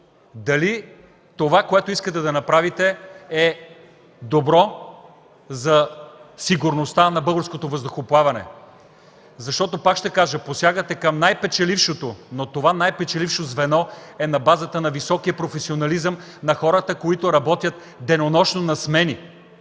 дали това, което искате да направите, е добро за сигурността на българското въздухоплаване. Пак ще кажа: посягате към най-печелившото, но това най-печелившо звено е на базата на високия професионализъм на хората, които работят денонощно, на смени.